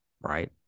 Right